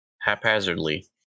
Haphazardly